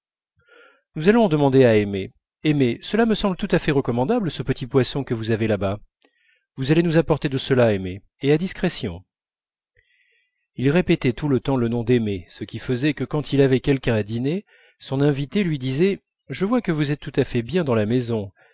nous allons en demander à aimé aimé cela me semble tout à fait recommandable ce petit poisson que vous avez là-bas vous allez nous apporter de cela aimé et à discrétion il répétait tout le temps le nom d'aimé ce qui faisait que quand il avait quelqu'un à dîner son invité lui disait je vois que vous êtes tout à fait bien dans la maison